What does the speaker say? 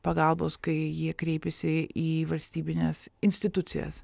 pagalbos kai jie kreipiasi į valstybines institucijas